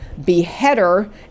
beheader